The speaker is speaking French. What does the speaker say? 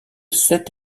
sept